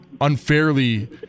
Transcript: unfairly